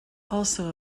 also